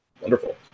Wonderful